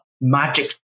magic